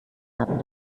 haben